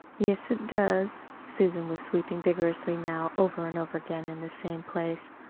yes, it does. susan was sweeping vigorously now, over and over again in the same place.